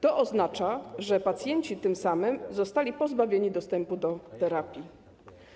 To oznacza, że pacjenci tym samym zostali pozbawieni dostępu do terapii.